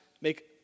make